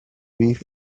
beef